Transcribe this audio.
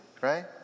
Right